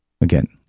Again